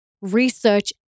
research